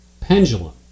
Pendulum